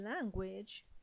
language